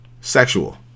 sexual